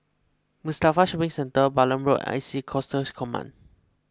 Mustafa Shopping Centre Balam Road I C A Coastal Command